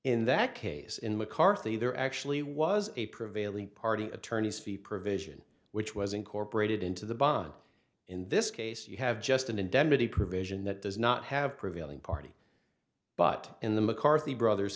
in that case in mccarthy there actually was a prevailing party attorneys fees provision which was incorporated into the bond in this case you have just an indemnity provision that does not have prevailing party but in the mccarthy brothers